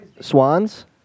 swans